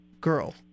girl